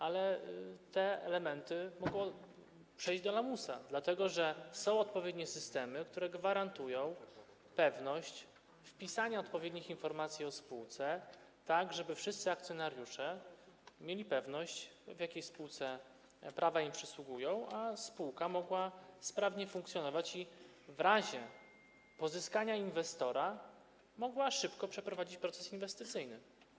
Ale te elementy mogą przejść do lamusa, dlatego że są odpowiednie systemy, które gwarantują pewność wpisania odpowiednich informacji o spółce, tak żeby wszyscy akcjonariusze mieli pewność, w jakiej spółce prawa im przysługują, a spółka mogła sprawnie funkcjonować i w razie pozyskania inwestora mogła szybko przeprowadzić proces inwestycyjny.